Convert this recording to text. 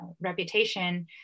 reputation